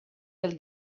del